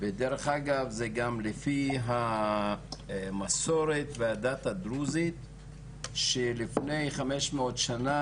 ודרך אגב זה גם לפי המסורת והדת הדרוזית שלפני 500 שנה